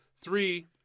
three